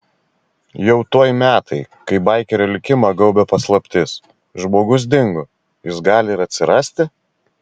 jau tuoj metai kai baikerio likimą gaubia paslaptis žmogus dingo jis gali ir atsirasti